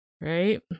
right